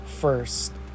first